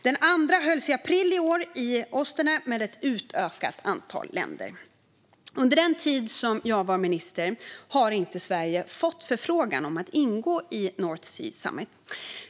Den andra hölls i april i år i Oostende med ett utökat antal länder. Under den tid som jag varit minister har inte Sverige fått förfrågan om att ingå i North Sea Summit.